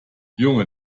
junge